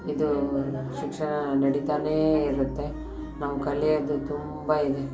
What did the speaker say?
ಇದು ಶಿಕ್ಷಣ ನಡೀತಾನೇ ಇರುತ್ತೆ ನಾವು ಕಲ್ಯೋದು ತುಂಬ ಇದೆ